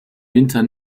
winter